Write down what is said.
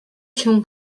się